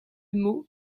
mot